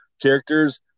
characters